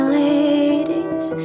ladies